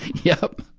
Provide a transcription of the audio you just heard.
yep.